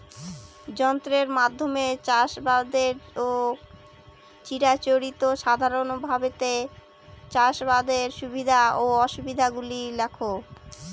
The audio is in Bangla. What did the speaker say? যন্ত্রের মাধ্যমে চাষাবাদ ও চিরাচরিত সাধারণভাবে চাষাবাদের সুবিধা ও অসুবিধা গুলি লেখ?